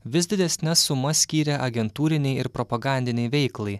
vis didesnes sumas skyrė agentūrinei ir propagandinei veiklai